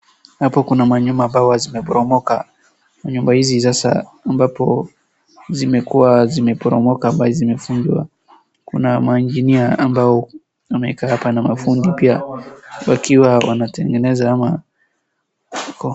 Hapo kuna manyumba ambazo zimeporomoka, nyumba hizi sasa ambapo zimekuwa zimeporomoka ambayo zimevunjwa. Kuna mainjinia ambao wamekaa hapa na mafundi pia wakiwa wanatengeneza ama.